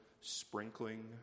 sprinkling